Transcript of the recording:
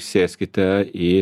sėskite į